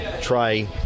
try